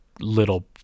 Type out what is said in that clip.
little